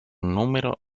número